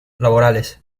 laborales